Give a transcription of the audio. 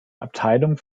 abteilung